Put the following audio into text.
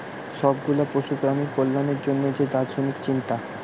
সব গুলা পশু প্রাণীর কল্যাণের জন্যে যে দার্শনিক চিন্তা